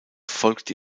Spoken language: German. folgte